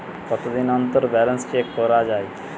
কতদিন অন্তর balance check করা য়ায়?